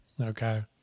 Okay